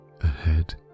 ahead